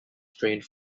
trained